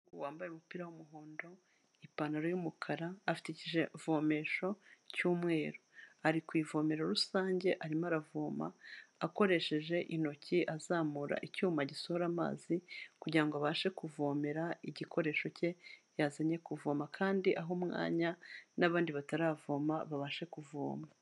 Umwana wambaye umupira w'umuhondo ipantaro y'umukara afite ikivomesho cy'umweru, ari ku ivomero rusange arimo aravoma akoresheje intoki azamura icyuma gisohora amazi kugirango abashe kuvomera igikoresho cye yazanye kuvoma kandi ahe umwanya n'abandi bataravoma babashe kuvoma.